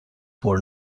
for